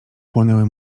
płonęły